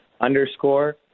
underscore